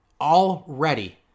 already